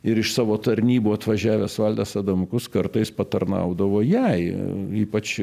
ir iš savo tarnybų atvažiavęs valdas adamkus kartais patarnaudavo jai ypač